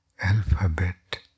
alphabet